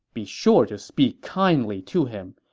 be sure to speak kindly to him.